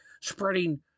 spreading